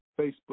Facebook